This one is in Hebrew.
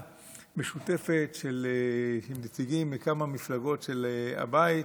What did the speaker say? משותפת עם נציגים מכמה מפלגות של הבית,